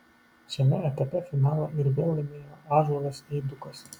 šiame etape finalą ir vėl laimėjo ąžuolas eidukas